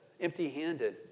empty-handed